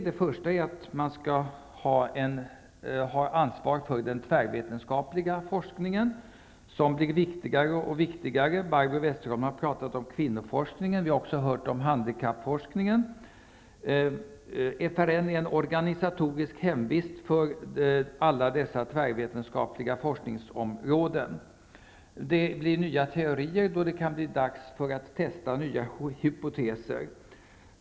Den första är att ha ansvar för den tvärvetenskapliga forskningen, något som blir allt viktigare. Barbro Westerholm har talat om kvinnoforskningen, och vi har också hört om handikappforskningen. FRN är ett organisatoriskt hemvist för alla dessa forskningsområden. Det kommer nya teorier när det blir dags för att testa nya hypoteser.